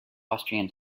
austrian